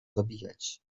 zabijać